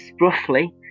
roughly